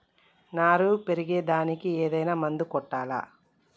నారు పెరిగే దానికి ఏదైనా మందు కొట్టాలా?